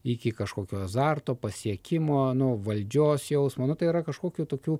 iki kažkokio azarto pasiekimo nu valdžios jausmo nu tai yra kažkokių tokių